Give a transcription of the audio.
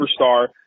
superstar